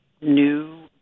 new